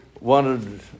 wanted